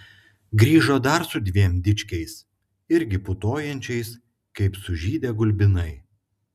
grįžo dar su dviem dičkiais irgi putojančiais kaip sužydę gulbinai